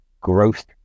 growth